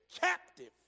captive